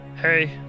Hey